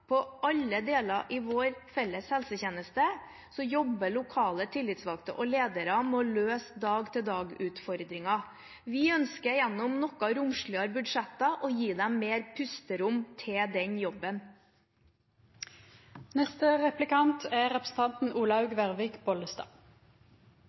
alle deler av vår felles helsetjeneste, jobber lokale tillitsvalgte og ledere med å løse dag-til-dag-utfordringer. Vi ønsker gjennom noe romsligere budsjetter å gi dem mer pusterom til den jobben. Først har jeg lyst til å gratulere statsråden med det første budsjettet. Det synes jeg er